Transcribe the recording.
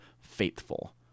faithful